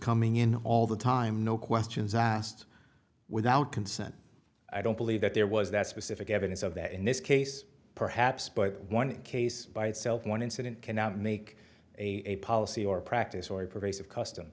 coming in all the time no questions asked without consent i don't believe that there was that specific evidence of that in this case perhaps but one case by itself one incident cannot make a policy or practice or pervasive custom